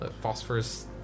phosphorus